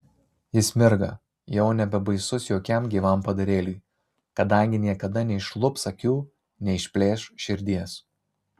jis mirga jau nebebaisus jokiam gyvam padarėliui kadangi niekada neišlups akių neišplėš širdies